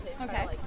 okay